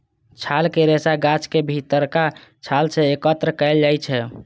छालक रेशा गाछक भीतरका छाल सं एकत्र कैल जाइ छै